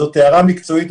זו הערה מקצועית,